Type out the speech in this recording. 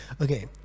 Okay